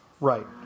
right